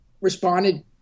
responded